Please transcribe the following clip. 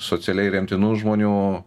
socialiai remtinų žmonių